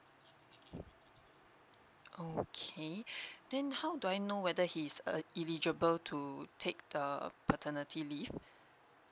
okay then how do I know whether he's el~ eligible to take the paternity leave